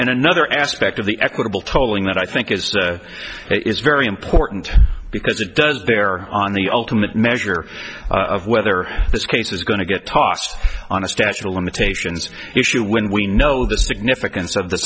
and another aspect of the equitable tolling that i think is it's very important because it does bear on the ultimate measure of whether this case is going to get tossed on a statute of limitations issue when we know the significance of the